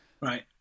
Right